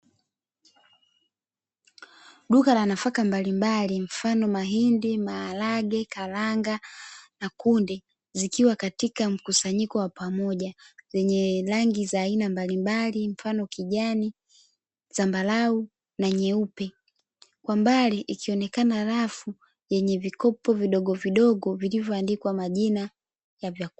Duka la nafaka mbalimbali mfano mahindi, maharage, karanga na kunde zikiwa katika mkusanyiko wa pamoja zenye rangi za aina mbalimbali mfano kijani, zambarau na nyeupe kwa mbali ikionekana rafu yenye vikopo vidogo vidogo vilivyoandikwa majina ya vyakula.